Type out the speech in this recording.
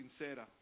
sincera